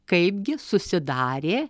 kaipgi susidarė